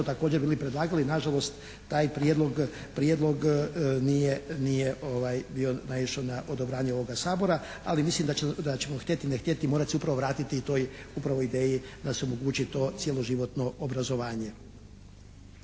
također bili predlagali. Nažalost taj prijedlog nije bio našao na odobravanje ovoga Sabora ali mislim da ćemo htjeti, ne htjeti, morat ćemo se upravo vratiti upravo toj ideji da se omogući to cjeloživotno obrazovanje.